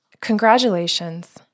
congratulations